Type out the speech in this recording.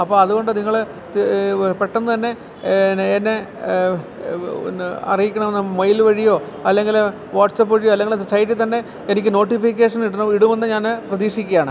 അപ്പം അതുകൊണ്ട് നിങ്ങൾ പെട്ടെന്ന് തന്നെ പിന്നെ എന്നെ ഒന്ന് അറിയിക്കണമെന്ന് മയിൽ വഴിയോ അല്ലെങ്കിൽ വാട്സ്പ്പ് വഴിയോ അല്ലെങ്കിൽ സൈറ്റിൽ തന്നെ എനിക്ക് നോട്ടിഫിക്കേഷൻ ഇടണം ഇടുമെന്ന് ഞാൻ പ്രതീഷിക്കുകയാണ്